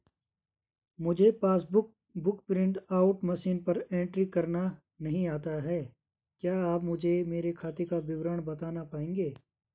मुझे passbook book print out machine पर entry करना नहीं आता है क्या आप मुझे मेरे खाते का विवरण बताना पाएंगे?